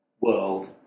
world